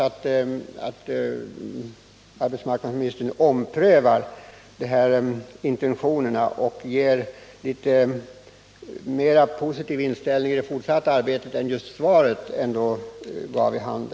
Jag hoppas dock att arbetsmarknadsministern omprövar intentionerna och har en mer positiv inställning i det fortsatta arbetet än vad han givit uttryck åt i svaret.